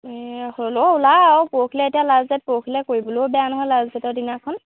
এই হ'লেও ওলা আৰু পৰহিলৈ এতিয়া লাষ্ট ডেট পৰহিলৈ কৰিবলৈও বেয়া নহয় লাষ্ট ডেটৰ দিনাখন